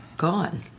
gone